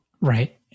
Right